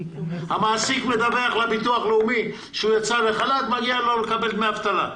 המעסיק מדווח לביטוח הלאומי שהוא יצא לחל"ת ומגיע לו לקבל דמי אבטלה.